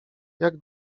jak